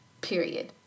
period